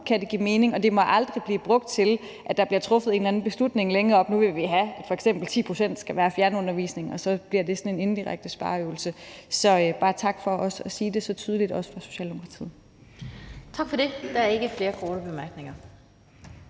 kan give mening, og at det aldrig må blive brugt til, at der bliver truffet en eller anden beslutning længere oppe i systemet om, at vi nu f.eks. vil have, at 10 pct. skal være fjernundervisning, og så bliver det sådan en indirekte spareøvelse. Så bare tak for også at sige det så tydeligt fra Socialdemokratiets side. Kl. 18:10 Den fg. formand